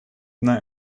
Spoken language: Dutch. naar